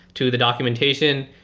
to the documentation,